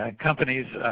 ah companies